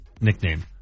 nickname